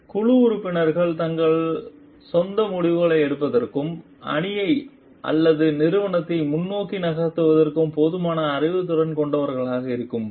குழு உறுப்பினர்கள் தங்கள் சொந்த முடிவுகளை எடுப்பதற்கும் அணியை அல்லது நிறுவனத்தை முன்னோக்கி நகர்த்துவதற்கும் போதுமான அறிவுத்திறன் கொண்டவர்களாக இருக்கும்போது